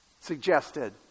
suggested